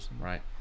Right